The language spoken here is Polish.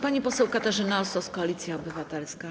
Pani poseł Katarzyna Osos, Koalicja Obywatelska.